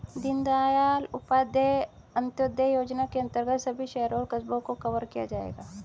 दीनदयाल उपाध्याय अंत्योदय योजना के अंतर्गत सभी शहरों और कस्बों को कवर किया जाएगा